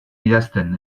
idazten